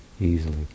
easily